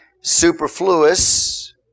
superfluous